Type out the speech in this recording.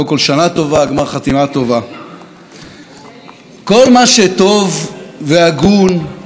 כל מה שטוב והגון וישר נמצא תחת מתקפה.